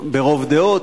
ברוב דעות,